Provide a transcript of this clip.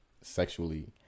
sexually